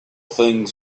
things